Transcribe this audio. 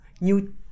new